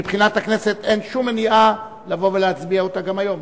מבחינת הכנסת אין שום מניעה לבוא ולהצביע עליה גם היום.